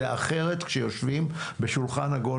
זה אחרת כשיושבים סביב שולחן עגול